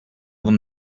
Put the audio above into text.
them